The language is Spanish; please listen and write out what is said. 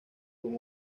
con